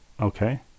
okay